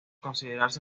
considerarse